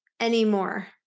anymore